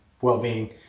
well-being